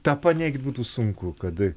tą paneigt būtų sunku kad